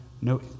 no